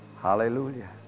Hallelujah